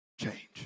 change